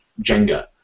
Jenga